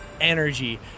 energy